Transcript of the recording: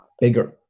bigger